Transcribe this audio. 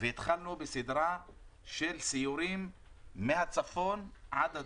והתחלנו בסדרה של סיורים מהצפון עד הדרום,